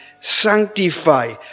sanctify